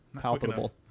Palpable